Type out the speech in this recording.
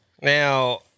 Now